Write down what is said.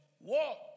walk